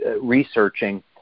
researching